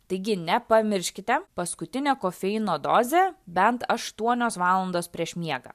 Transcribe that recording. taigi nepamirškite paskutinę kofeino dozę bent aštuonios valandos prieš miegą